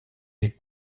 les